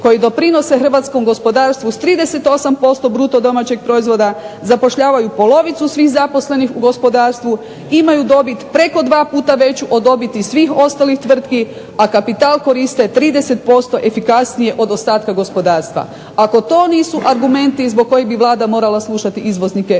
koji doprinose hrvatskom gospodarstvu s 38% bruto domaćeg proizvoda, zapošljavaju polovicu svih zaposlenih u gospodarstvu, imaju dobit preko dva puta veću od dobiti svih ostalih tvrtki, a kapital koriste 30% efikasnije od ostatka gospodarstva. Ako to nisu argumenti zbog kojih bi Vlada morala slušati izvoznike